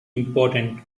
important